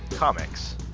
comics